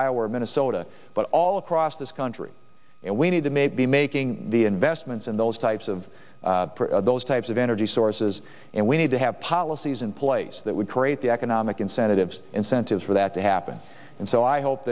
or minnesota but all across this country and we need to maybe making the investments in those types of those types of energy sources and we need to have policies in place that would create the economic incentives incentives for that to happen and so i hope